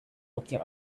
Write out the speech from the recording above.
looking